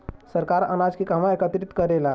सरकार अनाज के कहवा एकत्रित करेला?